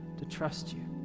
to trust you.